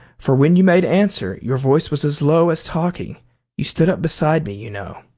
for when you made answer, your voice was as low as talking you stood up beside me, you know.